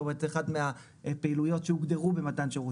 זאת אומרת, אחת מהפעילויות שהוגדרו במתן שירות.